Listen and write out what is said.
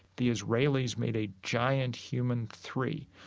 the israelis made a giant human three.